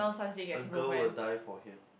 a girl will die for him